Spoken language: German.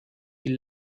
die